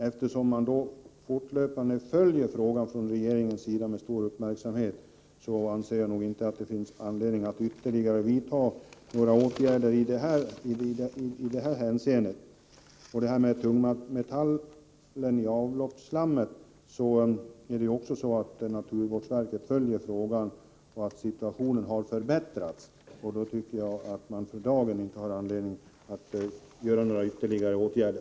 Eftersom regeringen fortlöpande med stor uppmärksamhet följer frågan anser jag inte att det finns anledning att vidta ytterligare åtgärder i det hänseendet. Frågan om tunga metaller i avloppsslam följs av naturvårdsverket, och situationen har förbättrats. För dagen har vi alltså inte anledning vidta ytterligare åtgärder.